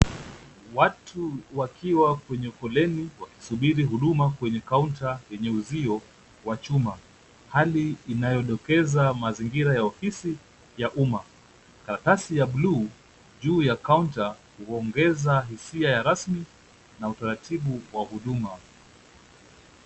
Watu wakiwa kwenye foleni wakisubiri huduma kwenye kaunta yenye izio wa chuma. Hali inayodokeza mazingira ya ofisi ya umma. Karatasi ya bluu juu ya kaunta huongeza hisia ya rasmi na utaratibu kwa huduma.